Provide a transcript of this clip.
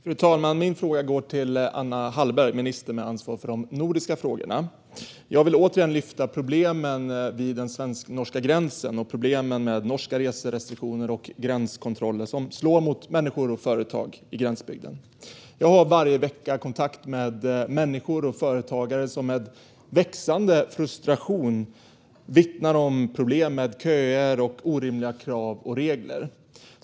Fru talman! Min fråga går till Anna Hallberg, minister med ansvar för de nordiska frågorna. Jag vill återigen lyfta fram problemen vid den svensk-norska gränsen och problemen med norska reserestriktioner och gränskontroller som slår mot människor och företag i gränsbygden. Jag har varje vecka kontakt med enskilda människor och företagare som med växande frustration vittnar om problem med köer och orimliga krav och regler.